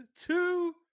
two